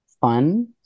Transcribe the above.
fun